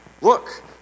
Look